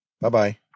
Bye-bye